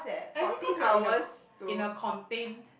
I think cause we are in a co~ in a contained